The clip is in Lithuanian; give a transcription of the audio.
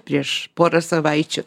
prieš porą savaičių